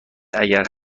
اگر